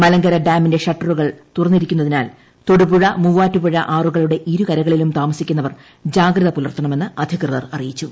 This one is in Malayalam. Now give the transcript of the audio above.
മലങ്കര ഡാമിന്റെ ഷട്ടറുകൾ തുറന്നിരിക്കുന്നതിനാൽ തൊടുപുഴ മൂവാറ്റുപുഴ ആറുകളുടെ ഇരു കരകളിലും താമസിക്കുന്നവർ ജാഗ്രത പുലർത്തണമെന്ന് അധികൃതർ അറിയിച്ചു